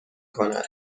کند